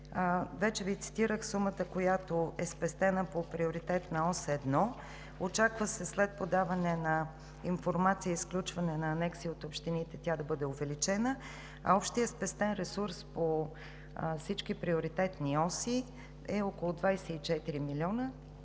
Вече Ви цитирах сумата, която е спестена по Приоритетна ос 1. Очаква се след подаване на информация и сключване на анекси от общините тя да бъде увеличена. Общият спестен ресурс по всички приоритетни оси е около 24 милиона.